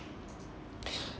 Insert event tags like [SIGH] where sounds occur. [BREATH]